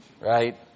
Right